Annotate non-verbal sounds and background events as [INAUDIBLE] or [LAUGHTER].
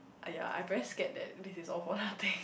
ah yea I'm very scared that this is all for nothing [BREATH]